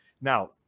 Now